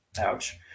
Ouch